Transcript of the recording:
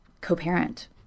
co-parent